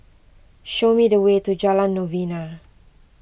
show me the way to Jalan Novena